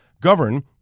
govern